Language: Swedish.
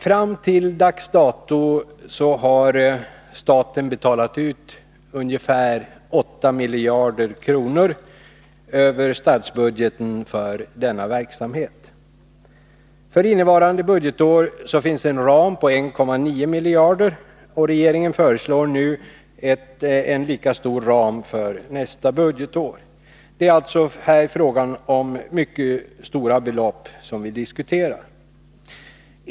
Fram till dags dato har staten betalat ut ungefär 8 miljarder kronor över statsbudgeten för denna verksamhet. För innevarande budgetår finns en ram på 1,9 miljarder, och regeringen föreslår nu en lika stor ram för nästa budgetår. Det är alltså mycket stora belopp som vi här diskuterar.